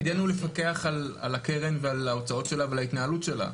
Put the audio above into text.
לפקח על הקרן ועל ההוצאות שלה ועל ההתנהלות שלה.